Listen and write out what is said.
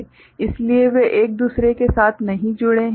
इसलिए वे एक दूसरे के साथ नहीं जुड़े हैं